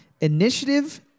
initiative